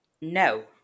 No